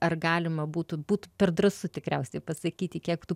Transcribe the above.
ar galima būtų būtų per drąsu tikriausiai pasakyti kiek tų